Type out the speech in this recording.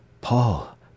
Paul